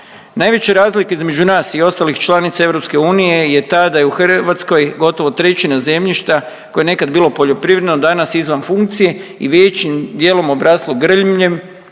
Najveća razlika između nas i ostalih članica EU je ta da u Hrvatskoj gotovo trećina zemljišta koja je nekad bilo poljoprivredno, a danas izvan funkcije i većim dijelom obraslo grmljem